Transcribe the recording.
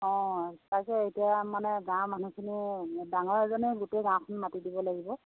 অঁ তাকে এতিয়া মানে গাঁৱৰ মানুহখিনিও ডাঙৰ এজনে গোটেই গাঁওখন মাতি দিব লাগিব